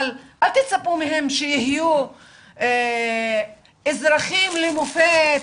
אבל אל תצפו מהם שיהיו אזרחים למופת,